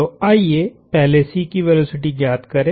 तो आइए पहले C की वेलोसिटी ज्ञात करें